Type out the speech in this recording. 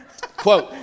Quote